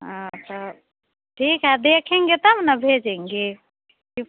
हाँ तो ठीक है देखेंगे तब ना भेजेंगे सिफ